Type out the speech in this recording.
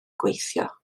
gweithio